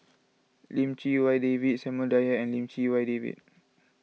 Lim Chee Wai David Samuel Dyer and Lim Chee Wai David